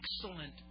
Excellent